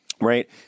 right